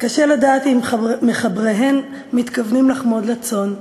קשה לדעת אם מחבריהן מתכוונים לחמוד לצון,